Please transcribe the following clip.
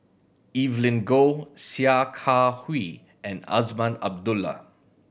Evelyn Goh Sia Kah Hui and Azman Abdullah